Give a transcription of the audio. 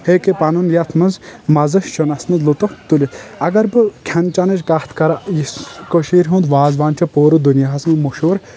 ہیٚکہِ پنُن یتھ منٛز مزٕ شِنس منٛز لطف تُلِتھ اگر بہٕ کھٮ۪ن چٮ۪نٕچ کتھ کرٕ یِس کٔشیر ہنٛد وازوان چھُ پوٗرٕ دُنیاہس منٛز مشہور